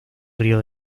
río